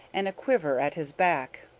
and a quiver at his back.